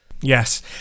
Yes